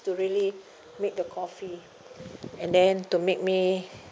to really make the coffee and then to make me